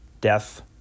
Death